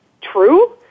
true